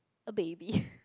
a baby